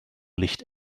licht